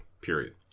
period